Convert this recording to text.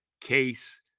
Case